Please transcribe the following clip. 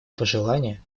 пожелание